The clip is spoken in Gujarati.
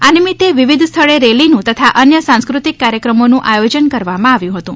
આ નિમિતે વિવિધ સ્થળે રેલીનુ તથા અન્ય સાંસ્કૃતિક કાર્યક્રમોનુ આયોજન કરવામાં આવ્યુ હતુ